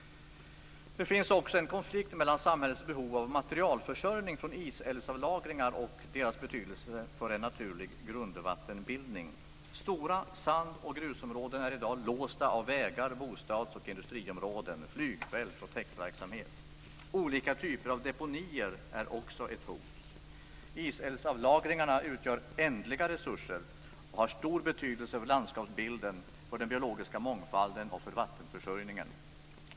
Det finns också en konflikt mellan samhällets behov av materialförsörjning från isälvsavlagringar och deras betydelse för en naturlig grundvattenbildning. Stora sand och grusområden är i dag låsta av vägar, bostads och industriområden, flygfält och täktverksamhet. Olika typer av deponier är ockå ett hot. Isälvsavlagringarna utgör ändliga resurser och har stor betydelse för landskapsbilden, för den biologiska mångfalden och för vattenförsörjningen.